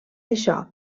això